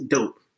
Dope